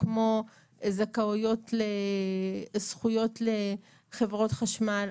כמו זכויות לחברת חשמל,